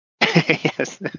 Yes